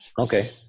Okay